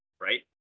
right